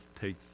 take